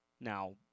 Now